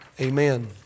Amen